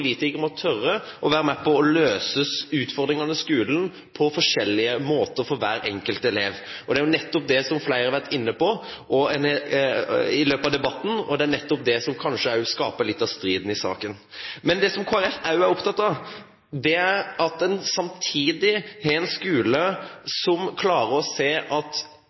må tørre å være med på å løse utfordringene i skolen på forskjellige måter for hver enkelt elev. Det er nettopp det som flere har vært inne på i løpet av debatten, og det er nettopp det som kanskje skaper litt av striden i saken. Kristelig Folkeparti er også opptatt av man samtidig har en skole som klarer å se at